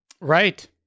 Right